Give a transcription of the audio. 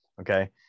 okay